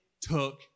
took